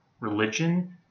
religion